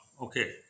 okay